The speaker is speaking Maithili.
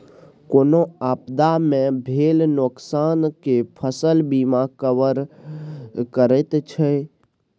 कोनो आपदा मे भेल नोकसान केँ फसल बीमा कवर करैत छै